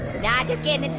nah just kidding,